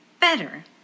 better